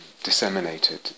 Disseminated